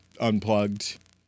unplugged